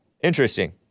Interesting